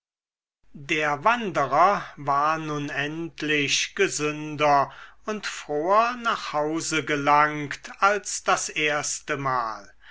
der wanderer war nun endlich gesünder und froher nach hause gelangt als das erstemal